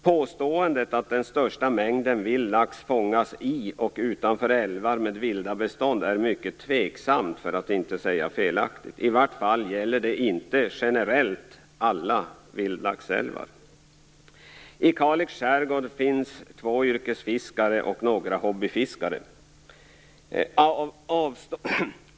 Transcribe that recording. Påståendet att den största mängden vild lax fångas i och utanför älvar med vilda bestånd är mycket tveksamt, för att inte säga felaktigt. I varje fall gäller det inte generellt alla vildlaxälvar. I Kalix skärgård finns två yrkesfiskare och några hobbyfiskare.